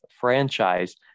franchise